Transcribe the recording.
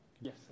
Yes